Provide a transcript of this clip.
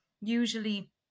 usually